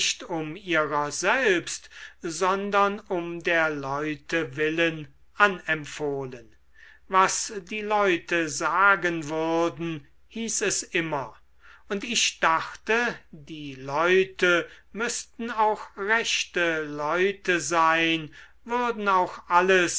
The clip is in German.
um ihrer selbst sondern um der leute willen anempfohlen was die leute sagen würden hieß es immer und ich dachte die leute müßten auch rechte leute sein würden auch alles